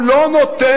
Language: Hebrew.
הוא לא נותן